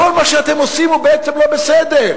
כל מה שאתם עושים הוא בעצם לא בסדר.